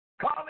Come